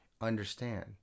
understand